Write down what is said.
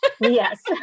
Yes